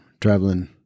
traveling